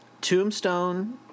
Tombstone